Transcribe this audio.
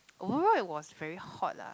overall it was very hot lah